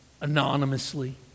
anonymously